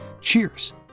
Cheers